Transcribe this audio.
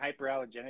hyperallergenic